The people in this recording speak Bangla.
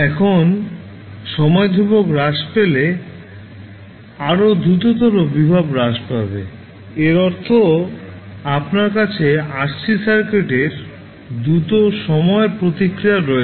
এখন সময় ধ্রুবক হ্রাস পেলে আরও দ্রুততর ভোল্টেজ হ্রাস পাবে এর অর্থ আপনার কাছে RC সার্কিটের দ্রুত সময়ের প্রতিক্রিয়া রয়েছে